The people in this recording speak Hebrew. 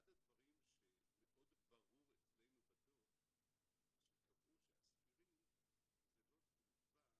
אחד הדברים שמאוד ברור אצלנו בדוח זה שקבעו שאספירין זה לא תרופה,